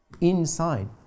inside